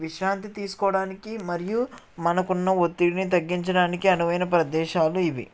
విశ్రాంతి తీసుకోవడానికి మరియు మనకున్న ఒత్తిడిని తగ్గించడానికి అనువైన ప్రదేశాలు ఇవి